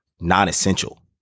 non-essential